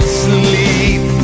sleep